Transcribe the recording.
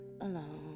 alone